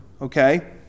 okay